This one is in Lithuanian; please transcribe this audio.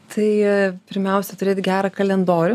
tai pirmiausia turėti gerą kalendorių